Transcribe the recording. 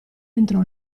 entrò